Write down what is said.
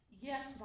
Yes